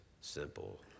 simple